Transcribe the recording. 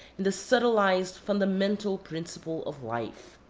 and the subtilised fundamental principle of life.